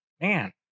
man